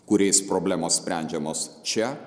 kuriais problemos sprendžiamos čia